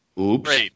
oops